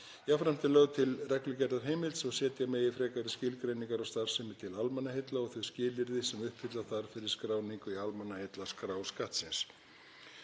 Jafnframt er lögð til reglugerðarheimild svo setja megi frekari skilgreiningar á starfsemi til almannaheilla og þau skilyrði sem uppfylla þarf fyrir skráningu í almannaheillaskrá Skattsins.